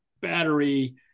battery